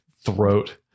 throat